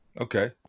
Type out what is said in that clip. okay